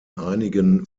einigen